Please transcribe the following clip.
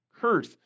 curse